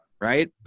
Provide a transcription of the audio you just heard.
right